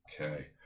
Okay